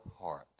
heart